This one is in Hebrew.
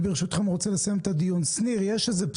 ישראל או